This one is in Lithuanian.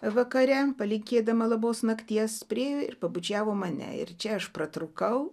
vakare palinkėdama labos nakties priėjo ir pabučiavo mane ir čia aš pratrūkau